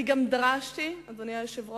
אני גם דרשתי, אדוני היושב-ראש,